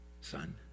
son